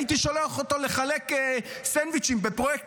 הייתי שולח אותו לחלק סנדוויצ'ים בפרויקט